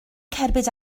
cerbyd